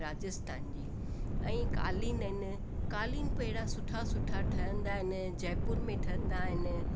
राजस्थान जी ऐं कालीन आहिनि कालीन पेड़ा सुठा सुठा ठहंदा आहिनि जयपुर में ठहंदा आहिनि